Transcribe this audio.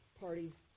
parties